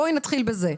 בואי נתחיל בזה,